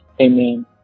Amen